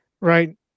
Right